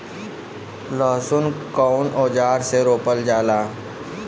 लहसुन कउन औजार से रोपल जाला?